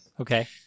Okay